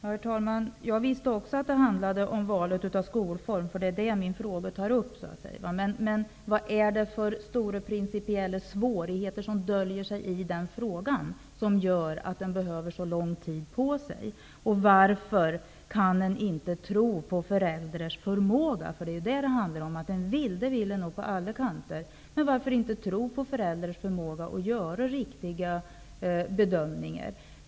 Herr talman! Också jag vet att det handlar om valet av skolform. Det är vad jag tar upp i min fråga. Men vilka är de stora principiella svårigheter som döljer sig i denna fråga, och som gör att man behöver ta så lång tid på sig? Varför kan man inte tro på föräldrarnas förmåga? Man vill nog gott på alla håll och kanter. Men varför tror man inte på föräldrarnas förmåga att göra riktiga bedömningar?